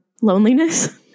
loneliness